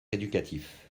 éducatif